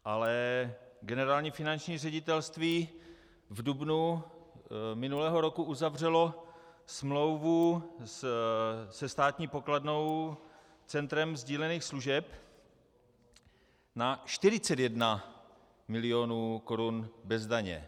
Ale Generální finanční ředitelství v dubnu minulého roku uzavřelo smlouvu se Státní pokladnou Centrem sdílených služeb na 41 mil. korun bez daně.